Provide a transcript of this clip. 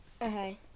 Okay